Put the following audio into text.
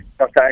okay